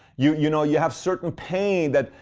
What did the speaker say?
you you know, you have certain pain that,